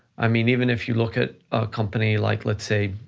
i mean, even if you look at a company, like, let's say,